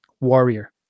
warrior